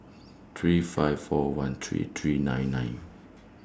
three five four one three three nine nine